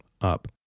up